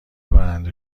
برنده